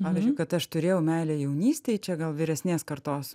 pavyzdžiui kad aš turėjau meilę jaunystėj čia gal vyresnės kartos